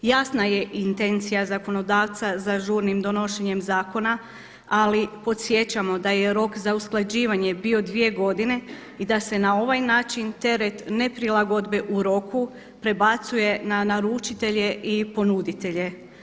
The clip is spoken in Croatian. Jasna je intencija zakonodavca za žurnim donošenjem zakona, ali podsjećamo da je rok za usklađivanje bio dvije godine i da se na ovaj način teret neprilagodbe u roku prebacuje na naručitelje i ponuditelje.